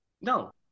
No